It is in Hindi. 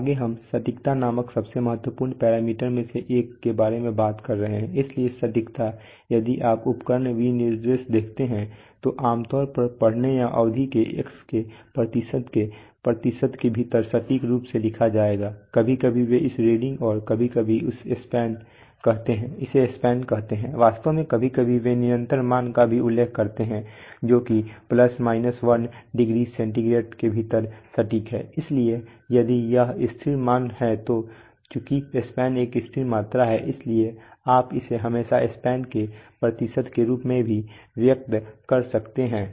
आगे हम सटीकता नामक सबसे महत्वपूर्ण पैरामीटर में से एक के बारे में बात करते हैं इसलिए सटीकता यदि आप उपकरण विनिर्देश देखते हैं तो आम तौर पर पढ़ने या अवधि के X प्रतिशत के भीतर सटीक रूप से लिखा जाएगा कभी कभी वे इसे रीडिंग और कभी कभी इसे स्पैन कहते हैं वास्तव में कभी कभी वे निरंतर मान का भी उल्लेख करते है जो कि प्लस माइनस 1 डिग्री सेंटीग्रेड के भीतर सटीक है इसलिए यदि यह स्थिर मान है तो चूंकि स्पैन एक स्थिर मात्रा है इसलिए आप इसे हमेशा स्पैन के प्रतिशत के रूप में भी व्यक्त कर सकते हैं